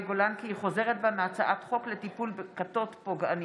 גולן כי היא חוזרת בה מהצעת חוק לטיפול בכתות פוגעניות,